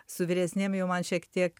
su vyresnėm jau man šiek tiek